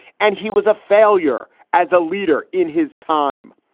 and he was a failure as a leader. in his time,